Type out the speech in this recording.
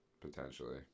potentially